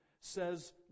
says